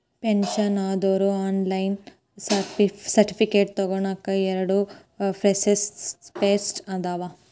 pension ಆದೋರು online certificate ತೊಗೋನಕ ಎರಡ ಪ್ರೋಸೆಸ್ ಸ್ಟೆಪ್ಸ್ ಅದಾವ